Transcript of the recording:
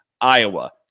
Iowa